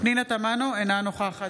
פנינה תמנו, אינה נוכחת